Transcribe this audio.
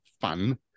fun